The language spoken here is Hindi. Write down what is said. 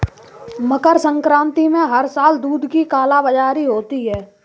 मकर संक्रांति में हर साल दूध की कालाबाजारी होती है